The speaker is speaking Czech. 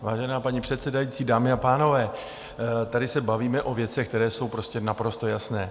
Vážená paní předsedající, dámy a pánové, tady se bavíme o věcech, které jsou prostě naprosto jasné.